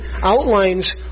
outlines